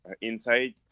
inside